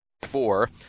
four